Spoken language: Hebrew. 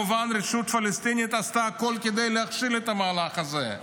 הרשות הפלסטינית עשתה כמובן הכול כדי להכשיל את המהלך הזה.